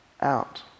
out